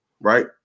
right